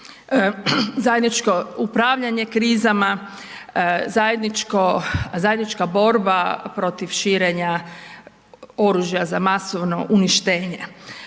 zajedničko upravljanje krizama, zajednička borba protiv širenja oružja za masovno uništenje.